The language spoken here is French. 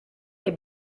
est